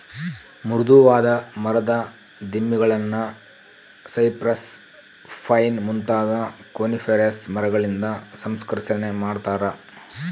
ಮೃದುವಾದ ಮರದ ದಿಮ್ಮಿಗುಳ್ನ ಸೈಪ್ರೆಸ್, ಪೈನ್ ಮುಂತಾದ ಕೋನಿಫೆರಸ್ ಮರಗಳಿಂದ ಸಂಸ್ಕರಿಸನೆ ಮಾಡತಾರ